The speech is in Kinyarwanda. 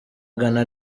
ghana